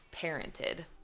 parented